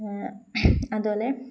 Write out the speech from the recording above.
അതുപോലെ